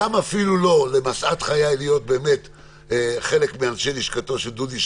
אפילו לא למשאת חיי להיות חלק מאנשי לשכתו של דודי.